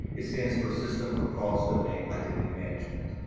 it stands for system for cross-domain identity management.